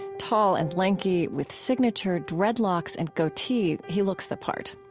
tall and lanky, with signature dreadlocks and goatee, he looks the part.